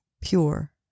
pure